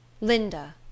Linda